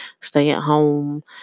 stay-at-home